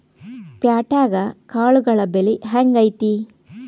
ಪ್ಯಾಟ್ಯಾಗ್ ಕಾಳುಗಳ ಬೆಲೆ ಹೆಂಗ್ ಐತಿ?